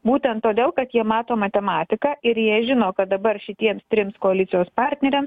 būtent todėl kad jie mato matematiką ir jie žino kad dabar šitiems trims koalicijos partneriam